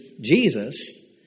Jesus